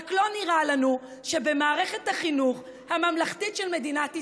רק לא נראה לנו שבמערכת החינוך הממלכתית של מדינת ישראל,